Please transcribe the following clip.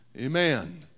Amen